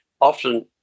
often